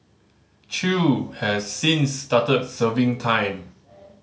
Chew has since started serving time